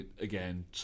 again